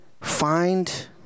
find